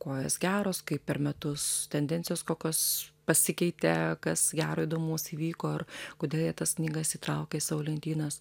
kuo jos geros kaip per metus tendencijos kokos pasikeitė kas gero įdomaus įvyko ar kodėl jie tas knygas įtraukė į savo lentynas